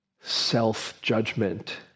self-judgment